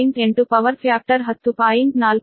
8 power factor 10